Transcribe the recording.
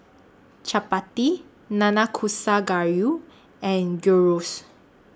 Chapati Nanakusa Gayu and Gyros